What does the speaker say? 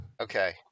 Okay